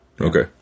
Okay